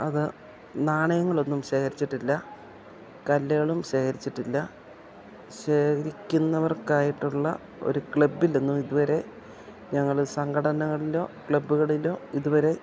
അത് നാണയങ്ങളൊന്നും ശേഖരിച്ചിട്ടില്ല കല്ലുകളും ശേഖരിച്ചിട്ടില്ല ശേഖരിക്കുന്നവർക്കായിട്ടുള്ള ഒരു ക്ലബ്ബിലൊന്നും ഇതുവരെ ഞങ്ങൾ സംഘടനകളിലോ ക്ലബ്ബ്കളിലോ ഇതുവരെ